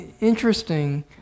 Interesting